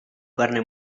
carne